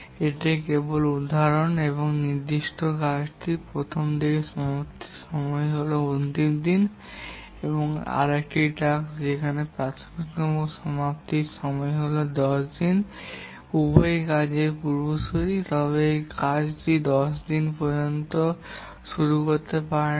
এটি কেবল উদাহরণ যদি নির্দিষ্ট কাজটি প্রথম দিকের সমাপ্তির সময় হয় অন্তিম দিন এবং আর একটি টাস্ক যেখানে প্রাথমিকতম সমাপ্তির সময় হয় 10 দিন এবং উভয়ই এই কাজের পূর্বসূরি তবে এই কাজটি 10 দিন পর্যন্ত শুরু হতে পারে না